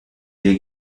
est